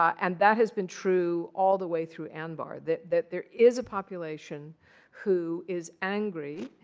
and that has been true all the way through anbar, that that there is a population who is angry,